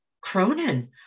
Cronin